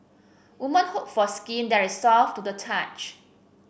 women hope for skin that is soft to the touch